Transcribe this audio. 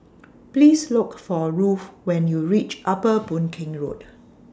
Please Look For Ruth when YOU REACH Upper Boon Keng Road